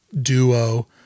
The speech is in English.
duo